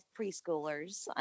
preschoolers